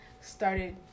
started